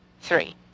Three